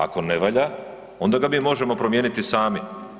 Ako ne valja, onda ga mi možemo promijeniti sami.